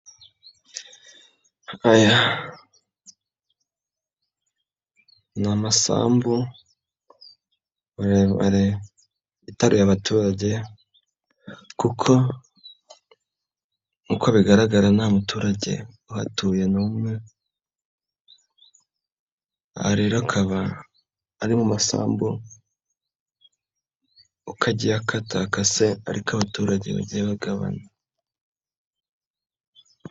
Aya ni amasambu muremare yitaruye abaturage kuko uko bigaragara nta muturage uhatuye n'umwe, aha rero akaba ari mu masambu, uko agiye akatakase ari ko abaturage bagiye bagabana.